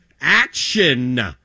action